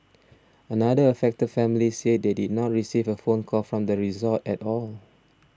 another affected family said they did not receive a phone call from the resort at all